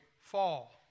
fall